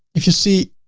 if you see